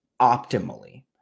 optimally